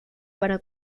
para